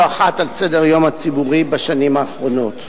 אחת על סדר-היום הציבורי בשנים האחרונות,